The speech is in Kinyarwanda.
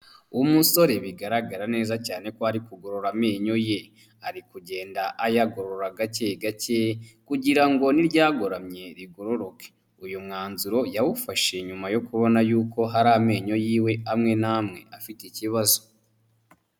Umusore bigaragara neza cyane ko ari kugorora amenyo ye ari kugenda ayagorora gake gake kugira ngo n'iryagoramye rigororoke, uyu mwanzuro yawufashe nyuma yo kubona yuko hari amenyo yiwe amwe n'mwe afite ikibazo.